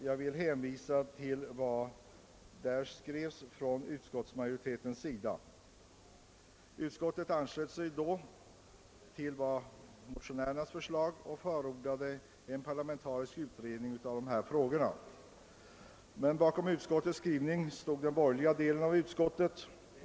Jag vill hänvisa till vad utskottsmajoriteten den gången skrev; den anslöt sig till motionärernas förslag och förordade en parlamentarisk utredning. Bakom utskottets skrivning stod emellertid den borgerliga delen av utskottet.